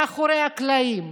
מאחורי הקלעים.